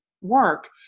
work